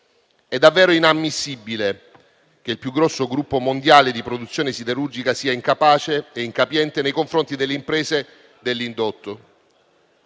È davvero inammissibile che il più grosso gruppo mondiale di produzione siderurgica sia incapace e incapiente nei confronti delle imprese dell'indotto.